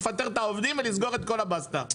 לפטר את העובדים ולסגור את הבסטה.